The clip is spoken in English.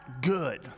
good